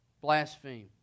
blaspheme